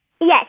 Yes